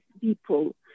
people